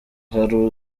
hari